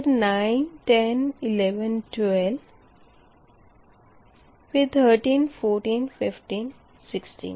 फिर 9 10 11 12 फिर 13 14 15 16